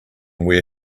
wear